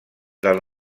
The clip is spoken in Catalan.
del